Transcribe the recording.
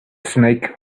snake